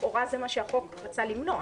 לכאורה זה מה שהחוק רצה למנוע.